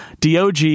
DOG